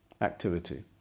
activity